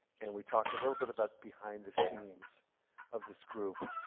and we talk a little bit about behind the scenes of this group.